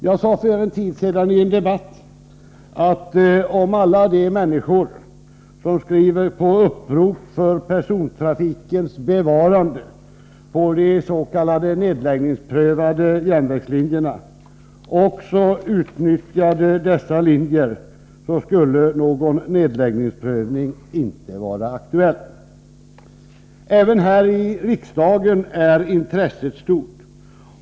Jag sade för en tid sedan i en debatt, att om alla de människor som skriver på upprop för persontrafikens bevarande på de s.k. nedläggningsprövade järnvägslinjerna också utnyttjade dessa linjer, skulle nedläggningsprövningen inte vara aktuell. Även här i riksdagen är intresset stort.